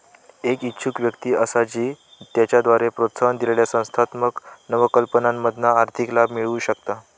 एक इच्छुक व्यक्ती असा जी त्याच्याद्वारे प्रोत्साहन दिलेल्या संस्थात्मक नवकल्पनांमधना आर्थिक लाभ मिळवु शकता